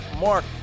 Mark